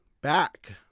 Back